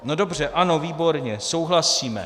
No dobře, ano, výborně, souhlasíme.